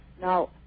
Now